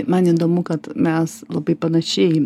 man įdomu kad mes labai panašiai